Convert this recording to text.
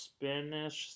Spanish